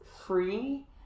free